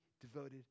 devoted